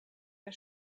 der